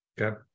Okay